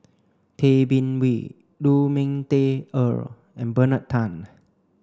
Tay Bin Wee Lu Ming Teh Earl and Bernard Tan